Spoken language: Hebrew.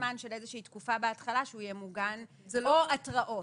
זמן של איזושהי תקופה בהתחלה שהוא יהיה מוגן או התראות.